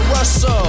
Russell